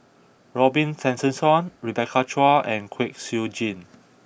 Robin Tessensohn Rebecca Chua and Kwek Siew Jin